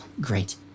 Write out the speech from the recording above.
great